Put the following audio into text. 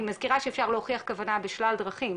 אני מזכירה שאפשר להוכיח כוונה במספר דרכים,